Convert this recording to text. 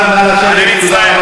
לקחנו.